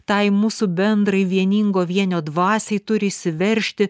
tai mūsų bendrai vieningo vienio dvasiai turi išsiveržti